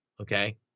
okay